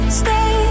stay